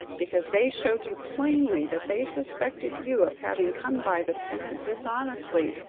because they showed you plainly that they suspected you of having come by the pendant dishonestly.